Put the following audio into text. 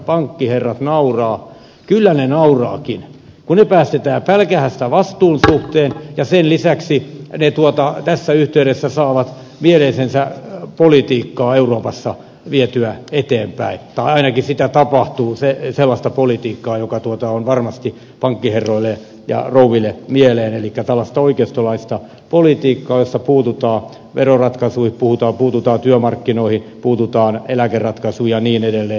kyllä he nauravatkin kun heidät päästetään pälkähästä vastuun suhteen ja sen lisäksi he tässä yhteydessä saavat mieleistänsä politiikkaa euroopassa vietyä eteenpäin tai ainakin sitä tapahtuu sellaista politiikkaa joka on varmasti pankkiherroille ja rouville mieleen elikkä tällaista oikeistolaista politiikkaa jossa puututaan veroratkaisuihin puututaan työmarkkinoihin puututaan eläkeratkaisuihin ja niin edelleen